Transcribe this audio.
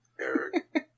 Eric